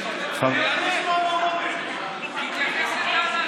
תן לשר המשפטים שיענה.